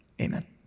Amen